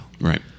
Right